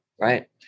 right